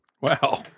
wow